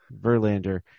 Verlander